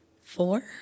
Four